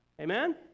Amen